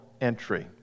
entry